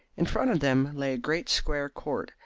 in front of them lay a great square court,